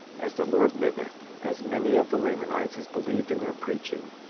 as the lord liveth, as many of the lamanites as believed in their preaching,